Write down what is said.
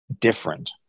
different